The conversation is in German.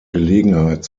gelegenheit